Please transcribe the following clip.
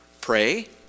Pray